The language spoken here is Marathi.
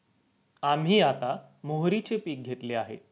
आम्ही आता मोहरीचे पीक घेतले आहे